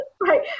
Right